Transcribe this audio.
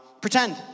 Pretend